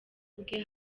bwe